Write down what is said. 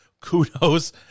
kudos